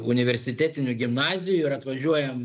universitetinių gimnazijų ir atvažiuojam